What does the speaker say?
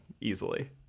easily